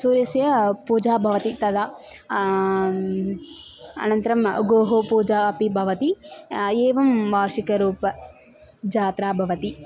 सूर्यस्य पूजा भवति तदा अनन्तरं गोः पूजा अपि भवति एवं वार्षिकरूपं यात्रा भवति